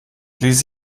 lese